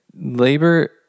labor